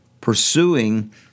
pursuing